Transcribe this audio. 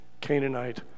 Canaanite